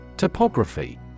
Topography